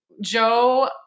Joe